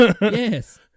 Yes